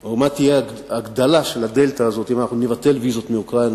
או מה תהיה ההגדלה של הדלתא הזאת אם אנחנו נבטל את הוויזות מאוקראינה,